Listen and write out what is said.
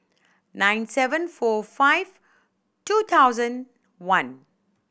nine seven four five two thousand one